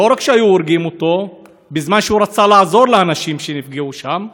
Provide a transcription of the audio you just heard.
לא רק שהיו הורגים אותו בזמן שהוא רצה לעזור לאנשים שנפגעו שם,